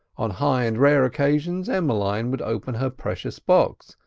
on high and rare occasions emmeline would open her precious box,